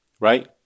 right